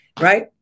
right